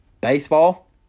baseball